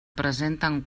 presenten